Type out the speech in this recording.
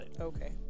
Okay